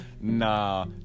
Nah